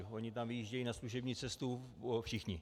Oni tam vyjíždějí na služební cestu všichni.